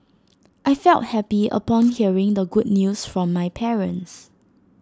I felt happy upon hearing the good news from my parents